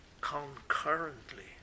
concurrently